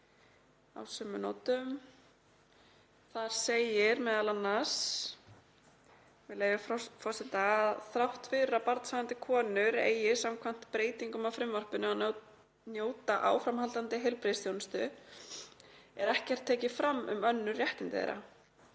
á sömu nótum. Þar segir m.a. að þrátt fyrir að barnshafandi konur eigi samkvæmt breytingum á frumvarpinu að njóta áframhaldandi heilbrigðisþjónustu er ekkert tekið fram um önnur réttindi þeirra